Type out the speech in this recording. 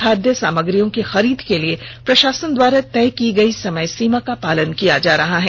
खाद्य सामाग्रियों की खरीद के लिए प्रषासन द्वारा तय की गयी समय सीमा का पालन किया जा रहा है